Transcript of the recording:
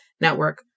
network